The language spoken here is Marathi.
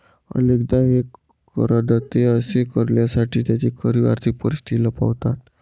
अनेकदा हे करदाते असे करण्यासाठी त्यांची खरी आर्थिक परिस्थिती लपवतात